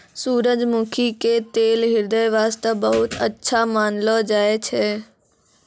सूरजमुखी के तेल ह्रदय वास्तॅ बहुत अच्छा मानलो जाय छै